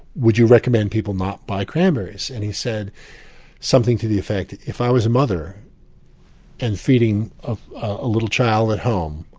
would you recommend people not buy cranberries, and he said something to the effect if i was mother and feeding a ah little child at home,